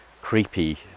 creepy